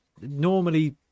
normally